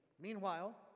Meanwhile